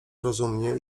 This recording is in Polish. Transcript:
rozumnie